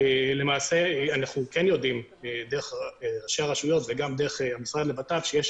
למעשה אנחנו כן יודעים דרך ראשי הרשויות וגם דרך המשרד לבט"פ שיש